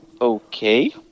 Okay